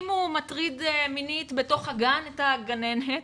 אם הוא מטריד מינית בתוך הגן את הגננת,